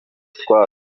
utwatsi